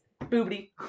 boobity